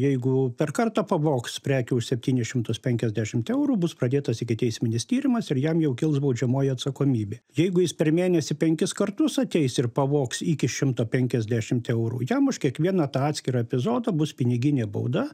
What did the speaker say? o jeigu per kartą pavogs prekių už septynis šimtus penkiasdešimt eurų bus pradėtas ikiteisminis tyrimas ir jam jau kils baudžiamoji atsakomybė jeigu jis per mėnesį penkis kartus ateis ir pavogs iki šimtą penkiasdešimt eurų jam už kiekvieną tą atskirą epizodą bus piniginė bauda